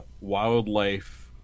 wildlife